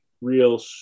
real